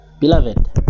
beloved